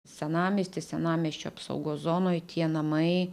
senamiesty senamiesčio apsaugos zonoj tie namai